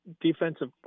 Defensive